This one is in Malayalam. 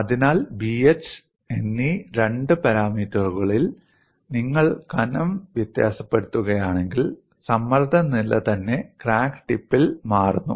അതിനാൽ b h എന്നീ രണ്ട് പാരാമീറ്ററുകളിൽ നിങ്ങൾ കനം വ്യത്യാസപ്പെടുകയാണെങ്കിൽ സമ്മർദ്ദ നില തന്നെ ക്രാക്ക് ടിപ്പിൽ മാറുന്നു